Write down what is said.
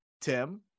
tim